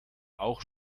auch